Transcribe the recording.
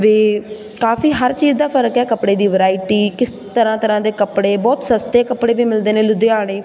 ਵੀ ਕਾਫੀ ਹਰ ਚੀਜ਼ ਦਾ ਫ਼ਰਕ ਹੈ ਕੱਪੜੇ ਦੀ ਵਰਾਈਟੀ ਕਿਸ ਤਰ੍ਹਾਂ ਤਰ੍ਹਾਂ ਦੇ ਕੱਪੜੇ ਬਹੁਤ ਸਸਤੇ ਕੱਪੜੇ ਵੀ ਮਿਲਦੇ ਨੇ ਲੁਧਿਆਣੇ